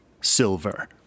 silver